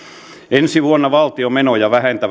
ensi vuonna valtion menoja vähentää